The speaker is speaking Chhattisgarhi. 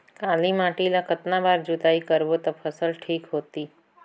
काली माटी ला कतना बार जुताई करबो ता फसल ठीक होती?